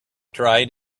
tried